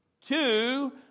Two